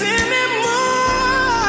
anymore